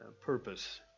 purpose